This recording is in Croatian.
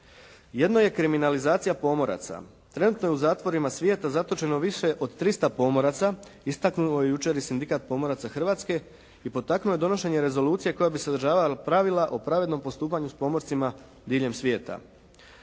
Jedno je kriminalizacija pomoraca. Trenutno je u zatvorima svijeta zatočeno više od 300 pomoraca, istaknuo je jučer i Sindikat pomoraca Hrvatske i potaknuo je donošenje rezolucije koja bi sadržavala pravila o pravednom postupanju s pomorcima diljem svijeta.